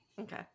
Okay